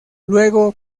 luego